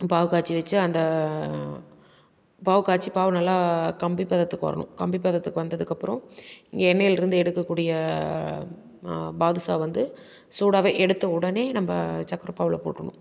பாவு காய்ச்சி வச்சி அந்த பாவு காய்ச்சி பாவு நல்லா கம்பி பதத்துக்கு வரணும் கம்பி பதத்துக்கு வந்ததுக்கப்புறம் எண்ணெய்லிருந்து எடுக்கக்கூடிய பாதுஷா வந்து சூடாகவே எடுத்த உடனே நம்ப சக்கரை பாவில் போட்டுரணும்